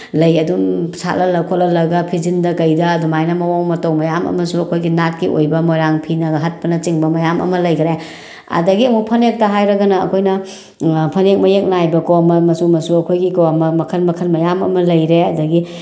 ꯂꯩ ꯑꯗꯨꯝ ꯁꯥꯠꯍꯜꯂ ꯈꯣꯠꯍꯜꯂꯒ ꯐꯤꯖꯤꯟꯗ ꯀꯩꯗ ꯑꯗꯨꯃꯥꯏꯅ ꯃꯑꯣꯡ ꯃꯇꯧ ꯃꯌꯥꯝ ꯑꯃꯁꯨ ꯑꯩꯈꯣꯏꯒꯤ ꯅꯥꯠꯀꯤ ꯑꯣꯏꯕ ꯃꯣꯏꯔꯥꯡ ꯐꯤꯅꯒ ꯍꯠꯄꯅꯆꯤꯡꯕ ꯃꯌꯥꯝ ꯑꯃ ꯂꯩꯈ꯭ꯔꯦ ꯑꯗꯒꯤ ꯑꯃꯨꯛ ꯐꯅꯦꯛꯇ ꯍꯥꯏꯔꯒꯅ ꯑꯩꯈꯣꯏꯅ ꯐꯅꯦꯛ ꯃꯌꯦꯛ ꯅꯥꯏꯕꯀꯣ ꯃꯆꯨ ꯃꯆꯨ ꯑꯩꯈꯣꯏꯒꯤꯀꯣ ꯃꯈꯟ ꯃꯈꯟ ꯃꯌꯥꯝ ꯑꯃ ꯂꯩꯔꯦ ꯑꯗꯒꯤ